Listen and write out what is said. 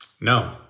No